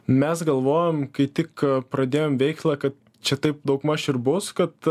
mes galvojom kai tik pradėjom veiklą kad čia taip daugmaž ir bus kad